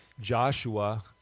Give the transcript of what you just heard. Joshua